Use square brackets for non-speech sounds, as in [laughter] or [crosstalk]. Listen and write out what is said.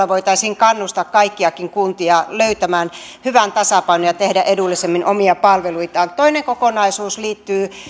[unintelligible] voitaisiin kannustaa kaikkia kuntia löytämään hyvä tasapaino ja tehdä edullisemmin omia palveluitaan toinen kokonaisuus liittyy